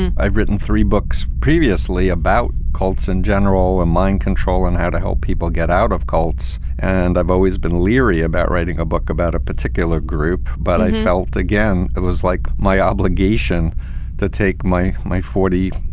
and i've written three books previously about cults in general and ah mind control and how to help people get out of cults. and i've always been leery about writing a book about a particular group, but i felt again, it was like my obligation to take my my forty,